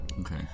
Okay